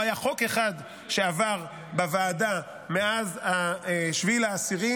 לא היה חוק אחד שעבר בוועדה מאז 7 באוקטובר,